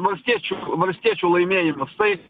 valstiečių valstiečių laimėjimas tai